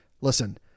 Listen